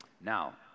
Now